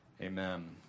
Amen